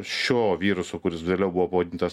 šio viruso kuris vėliau buvo pavadintas